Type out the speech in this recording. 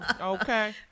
Okay